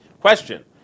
Question